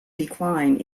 decline